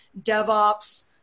DevOps